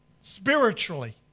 spiritually